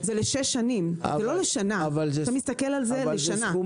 לשש שנים, לא לשנה, אתה מסתכל על זה לשנה.